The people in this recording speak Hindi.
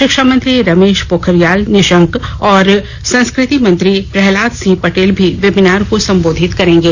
शिक्षा मंत्री रमेश पोखरियाल निशंक और संस्कृति मंत्री प्रहलाद सिंह पटेल भी वेबिनार को संबोधित करेंगे